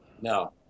No